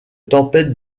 tempête